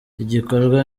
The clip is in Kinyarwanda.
igikorwa